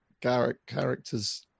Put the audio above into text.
characters